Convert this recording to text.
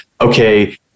okay